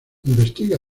investiga